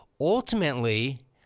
Ultimately